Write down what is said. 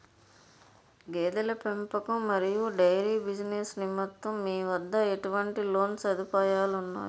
గేదెల పెంపకం మరియు డైరీ బిజినెస్ నిమిత్తం మీ వద్ద ఎటువంటి లోన్ సదుపాయాలు ఉన్నాయి?